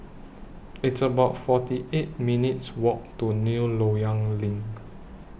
It's about forty eight minutes' Walk to New Loyang LINK